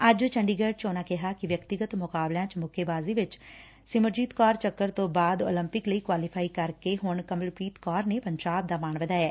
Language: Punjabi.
ਅੱਜ ਚੰਡੀਗੜ ਚ ਉਨ੍ਹਾਂ ਕਿਹਾ ਕਿ ਵਿਅਕਤੀਗਤ ਮੁਕਾਬਲਿਆਂ ਚ ਮੁੱਕੇਬਾਜ਼ੀ ਵਿਚ ਸਿਮਰਜੀਤ ਕੌਰ ਚੱਕਰ ਤੋਂ ਬਾਅਦ ਉਲੰਪਿਕ ਲਈ ਕੁਆਲੀਫਾਈ ਕਰਕੇ ਹੁਣ ਕਮਲਪ੍ਰੀਤ ਕੌਰ ਨੇ ਪੰਜਾਬ ਦਾ ਮਾਣ ਵਧਾਇਐ